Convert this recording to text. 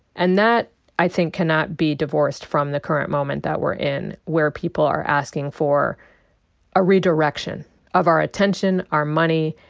and that i think cannot be divorced from the current moment that we're in where people are asking for a redirection of our attention, our money,